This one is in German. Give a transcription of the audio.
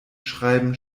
schreiben